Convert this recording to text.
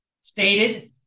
stated